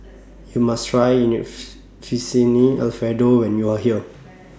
YOU must Try Fettuccine Alfredo when YOU Are here